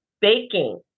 baking